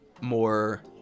more